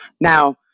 now